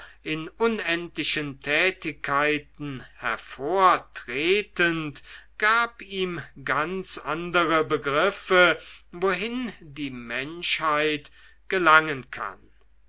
in unendlichen tätigkeiten hervortretend gab ihm ganz andere begriffe wohin die menschheit gelangen kann